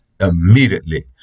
immediately